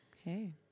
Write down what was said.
okay